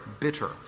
bitter